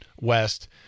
West